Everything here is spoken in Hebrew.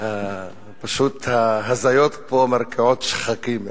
פשוט ההזיות פה מרקיעות שחקים.